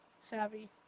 Savvy